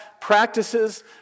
practices